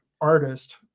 artist